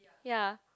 ya